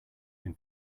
can